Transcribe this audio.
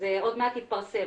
זה עוד מעט יתפרסם.